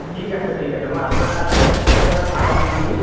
ঠিক আছে ঠিক আছে মই আপোনাৰ আগতেই আপোনাক নাম্বাৰটো দি দিম